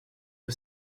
que